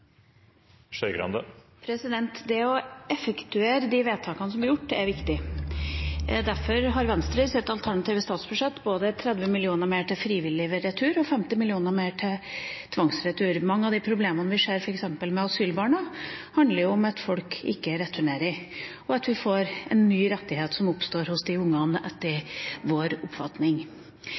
Det å effektuere de vedtakene som er gjort, er viktig. Derfor har Venstre i sitt alternative statsbudsjett 30 mill. kr mer til frivillig retur og 50 mill. kr mer til tvangsretur. Mange av de problemene vi ser f.eks. i forbindelse med asylbarna, handler jo om at folk ikke returnerer, og at man får en ny rettighet som oppstår hos de barna, etter vår oppfatning.